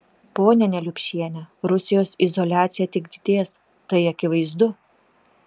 ponia neliupšiene rusijos izoliacija tik didės tai akivaizdu